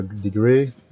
degree